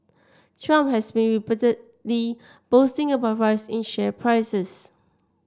Trump has been repeatedly boasting about rise in share prices